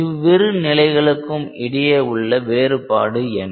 இவ்விரு நிலைகளுக்கும் இடையே உள்ள வேறுபாடு என்ன